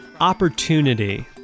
opportunity